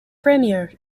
premier